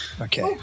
Okay